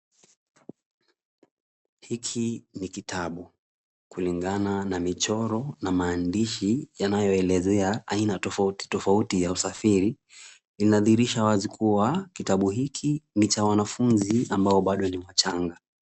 Hiki ni kitabu. Kulingana na michoro na maandishi yanayoelezea aina tofauti tofauti ya usafiri. Inadhihirisha wazi kuwa kitabu hiki ni cha wanafunzi ambao bado ni wachanga.